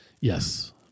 Yes